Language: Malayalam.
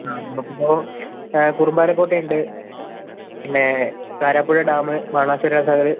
ആ നിങ്ങൾക്ക് ഇപ്പോൾ കുറുമ്പാലക്കോട്ട ഉണ്ട് പിന്നെ കാരാപ്പുഴ ഡാം ബാണാസുര സാഗർ